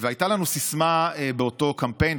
והייתה לנו סיסמה באותו קמפיין,